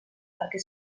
perquè